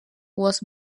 was